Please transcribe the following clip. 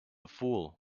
fool